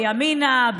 בימינה,